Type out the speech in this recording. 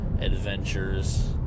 adventures